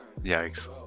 Yikes